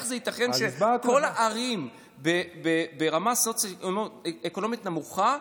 איך זה ייתכן שכל הערים ברמה סוציו-אקונומית נמוכה.